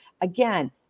Again